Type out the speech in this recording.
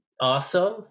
awesome